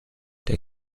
der